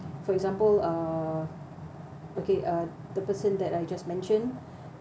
for example err okay uh the person that I just mentioned